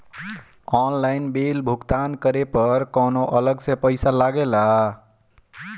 Online bill भुगतान करे पर कौनो अलग से पईसा लगेला?